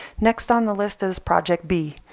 next on the list is project b,